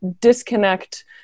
disconnect